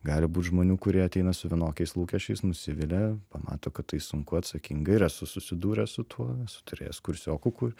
gali būt žmonių kurie ateina su vienokiais lūkesčiais nusivilia pamato kad tai sunku atsakinga ir esu susidūręs su tuo esu turėjęs kursioku kur